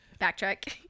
Backtrack